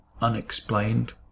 unexplained